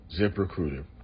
ZipRecruiter